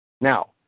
Now